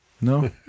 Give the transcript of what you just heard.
No